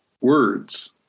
words